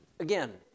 Again